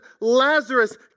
Lazarus